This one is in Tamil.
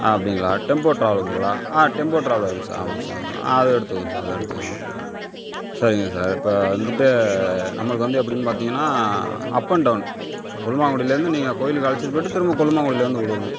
அப்படிங்ளா டெம்போ டிராவல்லுங்களா ஆ டெம்போ டிராவலருங்க சார் ஆமாங் சார் ஆ அது எடுத்துக்குவோம் சார் அது எடுத்துக்குவோம் சரிங்க சார் இப்போ வந்துட்டு நம்மளுக்கு வந்து எப்படின் பார்த்திங்கன்னா அப் அண்ட் டௌன் கொலுமாங்குடிலேருந்து நீங்கள் கோவிலுக்கு அழைச்சிட்டு போய்ட்டு திரும்ப கொலுமாங்குடியில் வந்து விடணும்